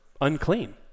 unclean